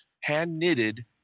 hand-knitted